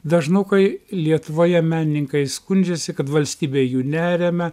dažnokai lietuvoje menininkai skundžiasi kad valstybė jų neriame